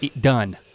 Done